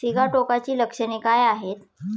सिगाटोकाची लक्षणे काय आहेत?